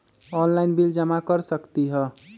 Online bill जमा कर सकती ह?